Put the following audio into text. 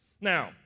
Now